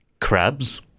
Crabs